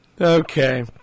Okay